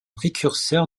précurseur